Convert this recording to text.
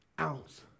ounce